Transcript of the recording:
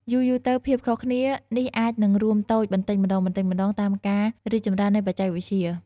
យូរៗទៅ ភាពខុសគ្នានេះអាចនឹងរួមតូចបន្តិចម្ដងៗតាមការរីកចម្រើននៃបច្ចេកវិទ្យា។